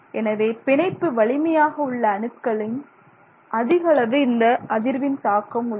எனவே பிணைப்பு வலிமையாக உள்ள அணுக்களில் அதிகளவு இந்த அதிர்வின் தாக்கம் உள்ளது